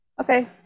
okay